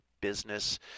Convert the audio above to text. business